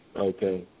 okay